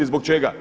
Zbog čega?